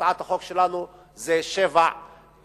בהצעת החוק שלנו זה שבע שנים,